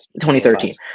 2013